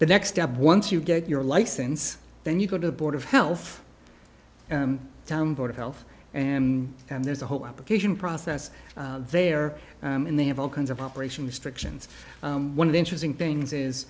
the next step once you get your license then you go to the board of health down board of health and there's a whole application process there and they have all kinds of operation restrictions one of the interesting things is